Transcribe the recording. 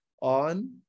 on